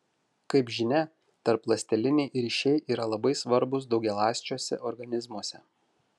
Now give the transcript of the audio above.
kaip žinia tarpląsteliniai ryšiai yra labai svarbūs daugialąsčiuose organizmuose